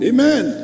Amen